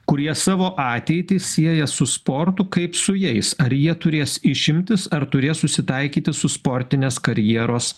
kurie savo ateitį sieja su sportu kaip su jais ar jie turės išimtis ar turės susitaikyti su sportinės karjeros